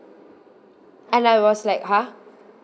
and I was like !huh!